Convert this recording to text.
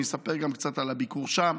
אני אספר קצת גם על הביקור שם,